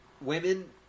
women